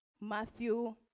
Matthew